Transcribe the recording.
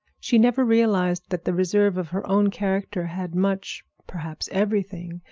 she never realized that the reserve of her own character had much, perhaps everything,